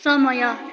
समय